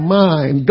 mind